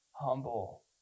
Humble